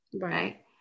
right